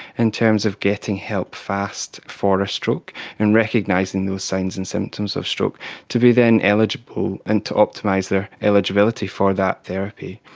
in terms of getting help fast for ah stroke and recognising those signs and symptoms of stroke to be then eligible and to optimise their eligibility for that therapy.